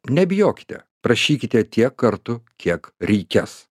nebijokite prašykite tiek kartų kiek reikės